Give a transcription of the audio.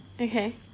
Okay